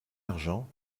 argent